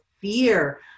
fear